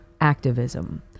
activism